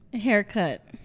haircut